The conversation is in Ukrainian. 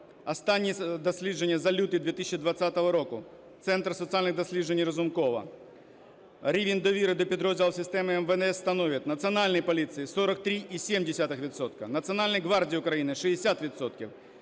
останні дослідження за лютий 2020 року, Центр соціальних досліджень Разумкова, рівень довіри до підрозділів системи МВС становить: Національної поліції – 43,7 відсотка, Національної гвардії України –